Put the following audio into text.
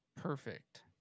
perfect